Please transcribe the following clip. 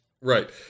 right